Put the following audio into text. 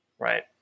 Right